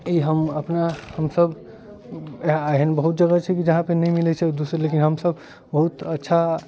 ई हम अपना हमसब एहन बहुत जगह छै जहाँ पे नहि मिलै छै दोसर लेकिन हमसब बहुत अच्छा